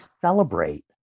celebrate